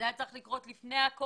זה היה צריך לקרות לפני הקורונה,